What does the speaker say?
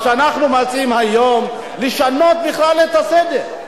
מה שאנחנו מציעים היום זה לשנות בכלל את הסדר.